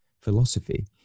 philosophy